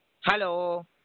Hello